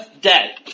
dead